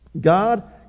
God